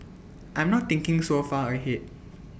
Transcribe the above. I'm not thinking so far ahead